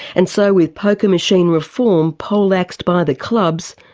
and so with poker machine reform poleaxed by the clubs,